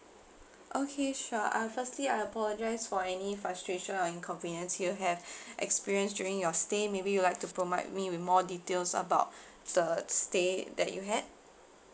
okay sure uh firstly I apologise for any frustration or inconvenience you have experienced during your stay maybe you'd like to provide me with more details about the stay that you had